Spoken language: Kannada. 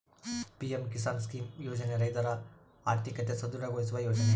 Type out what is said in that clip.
ಪಿ.ಎಂ ಕಿಸಾನ್ ಸ್ಕೀಮ್ ಯೋಜನೆ ರೈತರ ಆರ್ಥಿಕತೆ ಸದೃಢ ಗೊಳಿಸುವ ಯೋಜನೆ